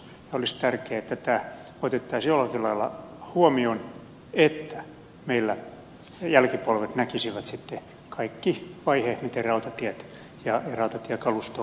olisi tärkeätä että tämä otettaisiin jollakin lailla huomioon että meillä jälkipolvet näkisivät kaikki vaiheet miten rautatiet ja rautatiekalusto on maassa kehittynyt